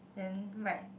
then like